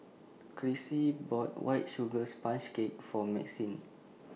Crissy bought White Sugar Sponge Cake For Maxine